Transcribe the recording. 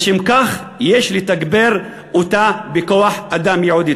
לשם כך יש לתגבר אותה בכוח-אדם ייעודי.